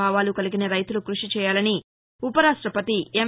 భావాలు కలిగన రైతులు కృషి చేయాలని ఉపరాష్టపతి ఎం